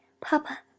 papa